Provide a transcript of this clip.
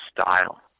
style